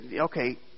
okay